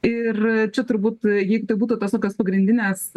ir čia turbūt jeigu tai būtų tos tokios pagrindinės